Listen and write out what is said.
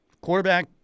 Quarterback